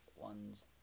ones